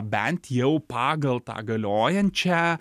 bent jau pagal tą galiojančią